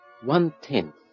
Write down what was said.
one-tenth